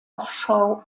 offshore